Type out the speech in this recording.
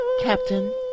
Captain